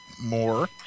more